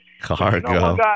Cargo